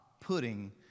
putting